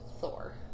Thor